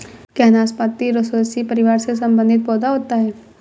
क्या नाशपाती रोसैसी परिवार से संबंधित पौधा होता है?